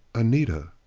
anita!